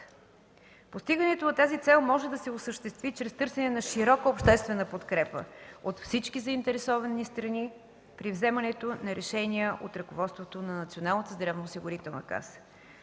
Постигането на тази цел може да се осъществи чрез търсене на широка обществена подкрепа от всички заинтересовани страни при вземането на решения от ръководството на Националната здравноосигурителна каса.